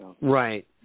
Right